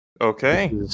Okay